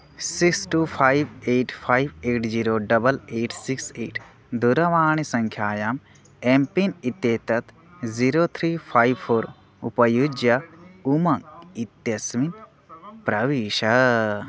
six two five eight five eight zero double eight six eight दुरवाणीसङ्ख्यायाम् M PIN इत्येतत् zero three five four उपयुज्य उमाङ्ग् इत्यस्मिन् प्रविश